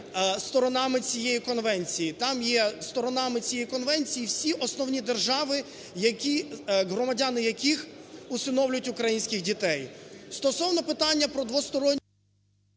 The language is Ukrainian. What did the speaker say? сторонами цієї конвенції. Там є сторонами цієї конвенції всі основні держави, громадяни яких усиновлюють українських дітей. Стосовно питання про … ГОЛОВУЮЧИЙ.